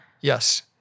yes